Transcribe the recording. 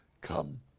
come